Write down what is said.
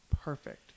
perfect